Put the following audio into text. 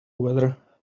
weather